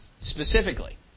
specifically